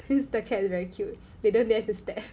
the cat is very cute they don't dare to step